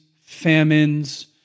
famines